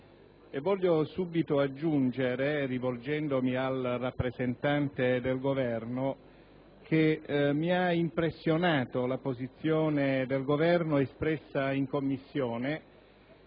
Voglio subito aggiungere, rivolgendomi al rappresentante del Governo, che mi ha impressionato la posizione del Governo espressa in Commissione.